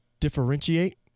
differentiate